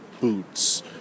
boots